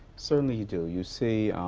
certainly you do. you see.